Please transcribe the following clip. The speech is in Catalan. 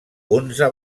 onze